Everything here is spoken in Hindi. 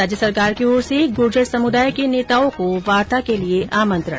राज्य सरकार की ओर से गुर्जर समुदाय के नेताओं को वार्ता के लिए आमंत्रण